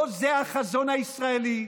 לא זה החזון הישראלי,